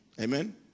Amen